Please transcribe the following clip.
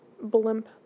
blimp